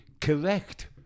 correct